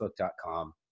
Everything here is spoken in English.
facebook.com